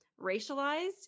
racialized